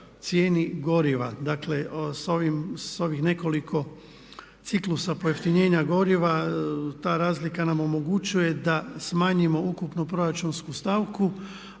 cijeni goriva. Dakle sa ovih nekoliko ciklusa pojeftinjenja goriva ta razlika nam omogućuje da smanjimo ukupnu proračunsku stavku